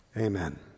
Amen